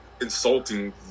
insulting